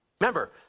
Remember